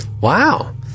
Wow